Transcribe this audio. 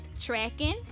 tracking